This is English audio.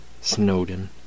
Snowden